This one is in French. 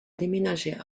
déménagé